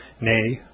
nay